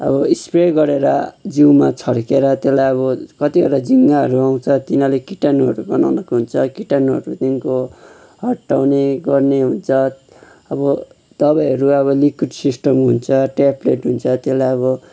अबो सप्रे गरेर जिउमा छर्किएर त्यसलाई अब कतिवटा झिँगाहरू आउँछ तिनीहरूले किटानुहरू बनाउनुहुन्छ किटानुहरू त्यहाँदेखिन्को हटाउने गर्ने हुन्छ अब दबाईहरू अब लिकुइड सिसटम हुन्छ ट्याबलेट हुन्छ त्यसलाई अब